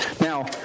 Now